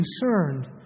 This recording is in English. concerned